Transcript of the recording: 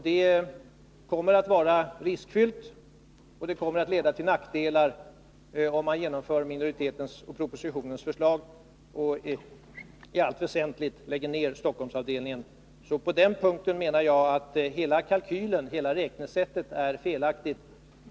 Det kommer att vara riskfyllt, och det kommer att leda till nackdelar, om man genomför minoritetens och propositionens förslag och i allt väsentligt lägger ner Stockholmsavdelningen. På den punkten menar jag att hela kalkylen, hela räknesättet, är 89 felaktigt.